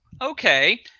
okay